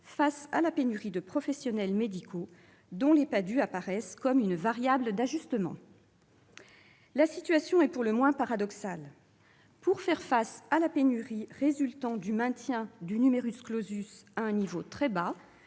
face à la pénurie de professionnels médicaux, et les PADHUE apparaissent comme une variable d'ajustement. La situation est pour le moins paradoxale : pour faire face à la pénurie résultant du maintien du à un niveau très bas,